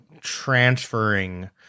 transferring